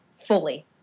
fully